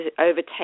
overtake